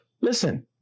Listen